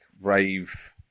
rave